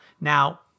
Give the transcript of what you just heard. Now